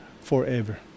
forever